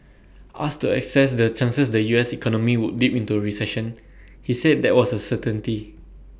asked to assess the chances the U S economy would dip into A recession he said that was A certainty